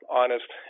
honest